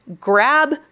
grab